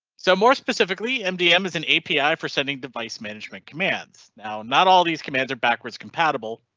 so more specifically mdm is an api for sending device management commands now not all these commands are backwards compatible.